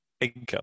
income